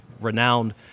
renowned